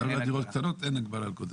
אין הגבלה.